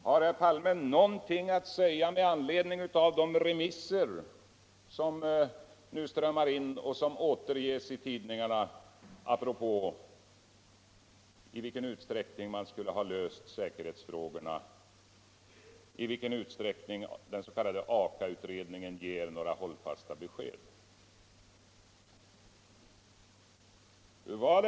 Har herr Palme någonung att säga med anledning av de remissvar som nu strömmar in — de återges i tidningarna - och som ziäller i vilken utsträckning säkerhetsfrågorna skutlle vara lösta och i vilken utsträckning den s.k. Aka-utredningen ger hållfåsta besked?